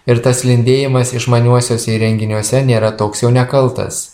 ir tas lindėjimas išmaniuosiuose įrenginiuose nėra toks jau nekaltas